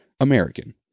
American